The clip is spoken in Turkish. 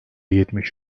yetmiş